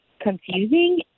confusing